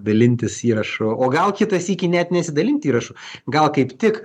dalintis įrašu o gal kitą sykį net nesidalint įrašu gal kaip tik